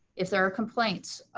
if there are complaints,